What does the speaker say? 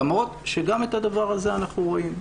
למרות שגם את הדבר הזה אנחנו רואים.